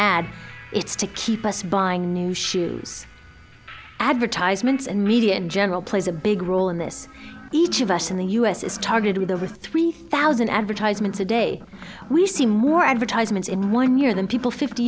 ads it's to keep us buying new shoes advertisements and media in general plays a big role in this each of us in the us is targeted with over three thousand advertisements a day we see more advertisements in one year than people fifty